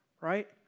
right